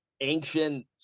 ancient